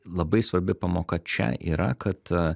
labai svarbi pamoka čia yra kad